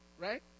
Right